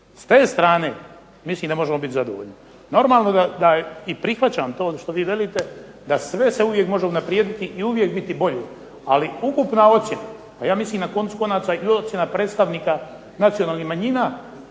s te strane mislim da možemo biti zadovoljni. Normalno da prihvaćam ovo što vi kažete da sve se uvijek može unaprijediti i biti bolji, ali ukupna ocjena, ja mislim na koncu konaca, ...predstavnika nacionalnih manjina